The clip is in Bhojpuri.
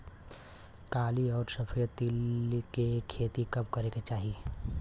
काली अउर सफेद तिल के खेती कब करे के चाही?